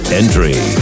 entry